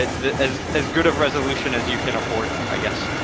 ah as as good of resolution as you can afford, i guess.